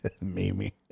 Mimi